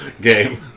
game